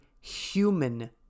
human